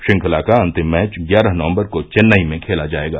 श्रृंखलाका अंतिम मैच ग्यारह नवंबर को चेन्नई में खेला जाएगा